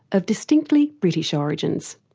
of distinctly british origins.